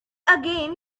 again